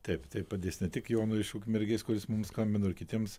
taip tai padės ne tik jonui iš ukmergės kuris mums skambino ir kitiems